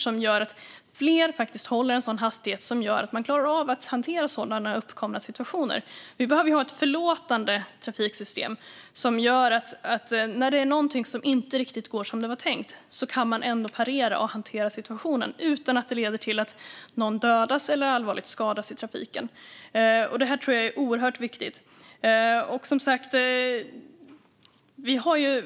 Det gör att fler faktiskt håller en sådan hastighet att de klarar av att hantera sådana uppkomna situationer. Vi behöver ha ett förlåtande trafiksystem som gör att man kan parera och hantera situationen utan att det leder till att någon dödas eller skadas allvarligt i trafiken när något inte riktigt går som det var tänkt. Det tror jag är oerhört viktigt.